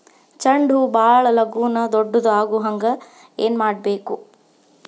ಚಂಡ ಹೂ ಭಾಳ ಲಗೂನ ದೊಡ್ಡದು ಆಗುಹಂಗ್ ಏನ್ ಮಾಡ್ಬೇಕು?